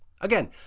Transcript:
Again